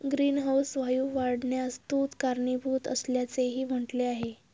greenhouse वायू वाढण्यास दूध कारणीभूत असल्याचेही म्हटले आहे